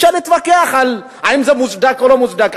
אפשר להתווכח האם זה מוצדק או לא מוצדק.